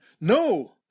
no